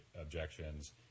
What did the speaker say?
objections